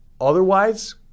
otherwise